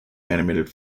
animated